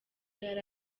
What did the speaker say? yari